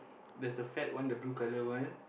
there's the fat one the blue color one